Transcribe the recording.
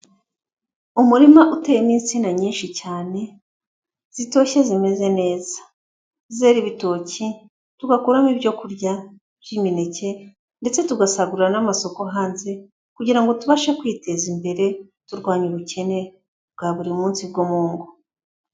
Umurima uteyemo insina nyinshi cyane zitoshye zimeze neza, zera ibitoki tugakuramo ibyo kurya, iby'imineke ndetse tugasagurira n'amasoko hanze kugira ngo tubashe kwiteza imbere, turwanya ubukene bwa buri munsi bwo mu ngo.